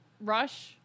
rush